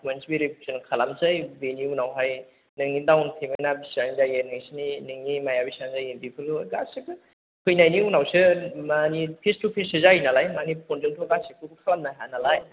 documents verification खालामसै बेनि उनावहाय नोंनि डाउन पेमेन्ट आ बिसिबां जायो नोंसिनि नोंनि इएमआइआ बिसिबां जायो बेफोरखौ गासैबो फैनायनि उनावसो मानि फेस टु फेससो जायो नालाय मानि फनजोंथ गासिखौबो खालामनो हायानालाय